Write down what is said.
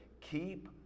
Keep